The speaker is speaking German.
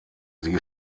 sie